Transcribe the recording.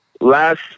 Last